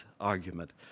argument